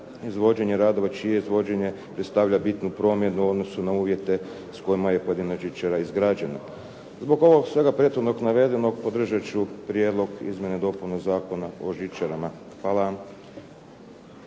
izvođenjem radova čije vođenje predstavlja bitnu promjenu u odnosu na uvjete s kojima je pojedina žičara izgrađena. Zbog ovog svega prethodnog navedenog podržat ću Prijedlog izmjena i dopuni Zakona o žičarama. Hvala.